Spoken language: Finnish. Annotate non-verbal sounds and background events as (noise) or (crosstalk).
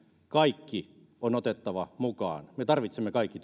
kaikki on otettava mukaan me tarvitsemme kaikki (unintelligible)